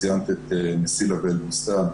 ציינת את "מסילה" ואת "אלבוסתן",